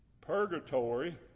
Purgatory